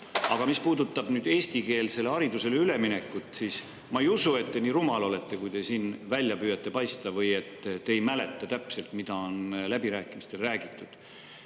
mis puudutab nüüd eestikeelsele haridusele üleminekut, siis ma ei usu, et te nii rumal olete, kui te siin välja püüate paista, või et te ei mäleta täpselt, mida on läbirääkimistel räägitud.